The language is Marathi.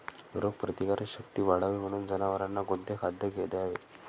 रोगप्रतिकारक शक्ती वाढावी म्हणून जनावरांना कोणते खाद्य द्यावे?